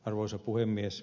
arvoisa puhemies